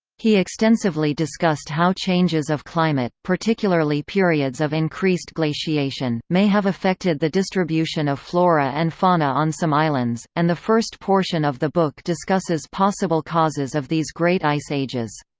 he extensively discussed how changes of climate, particularly periods of increased glaciation, may have affected the distribution of flora and fauna on some islands, and the first portion of the book discusses possible causes of these great ice ages.